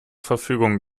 verfügung